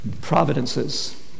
providences